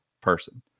person